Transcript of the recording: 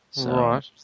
right